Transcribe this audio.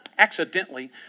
accidentally